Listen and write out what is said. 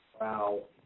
Wow